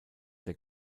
der